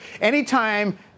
Anytime